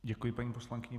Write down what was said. Děkuji paní poslankyni.